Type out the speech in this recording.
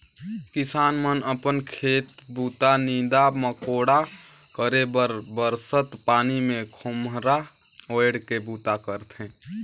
किसान मन अपन खेत बूता, नीदा मकोड़ा करे बर बरसत पानी मे खोम्हरा ओएढ़ के बूता करथे